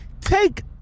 take